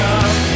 up